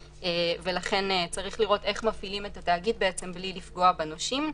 ולכן צריך לראות איך מפעילים את התאגיד בלי לפגוע בנושים.